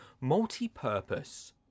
multi-purpose